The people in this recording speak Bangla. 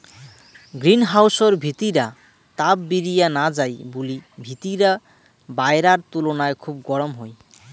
গ্রীন হাউসর ভিতিরা তাপ বিরিয়া না যাই বুলি ভিতিরা বায়রার তুলুনায় খুব গরম হই